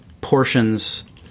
portions